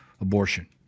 abortion